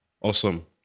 Awesome